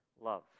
love